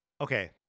Okay